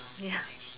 ya